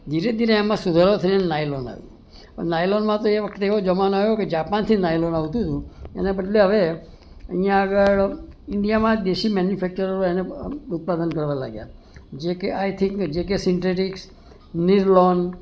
ધીરે ધીરે એમાં સુધારો થયો અને નાયલૉન આવ્યું નાયલોનમાં તો એ વખતે એવો જમાનો આવ્યો કે જાપાનથી નાયલૉન આવતું હતું એના બદલે હવે અહીંયા આગળ ઇન્ડિયામાં જ દેશી મેન્યુફેક્ચરરો એને ઉત્પાદન કરવા લાગ્યા જે કે I think JK synthetics Nirlon